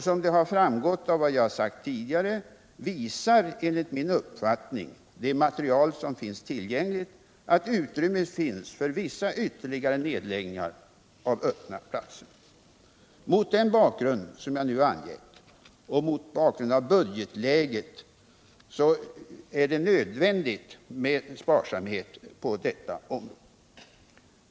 Som har framgått av vad jag har sagt tidigare visar dock enligt min uppfattning det material som finns tillgängligt att utrymme finns för vissa ytterligare nedläggningar av öppna platser. Mot den bakgrund som jag nu har angett och då budgetläget gör sparsamhet nödvändig fattade regeringen det aktuella beslutet.